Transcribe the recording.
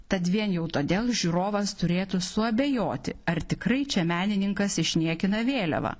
tad vien jau todėl žiūrovas turėtų suabejoti ar tikrai čia menininkas išniekina vėliavą